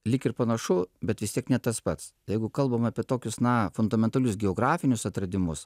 lyg ir panašu bet vis tiek ne tas pats jeigu kalbam apie tokius na fundamentalius geografinius atradimus